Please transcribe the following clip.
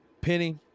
Penny